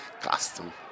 costume